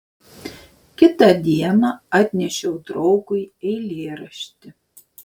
kitą dieną atnešiau draugui eilėraštį